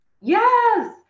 Yes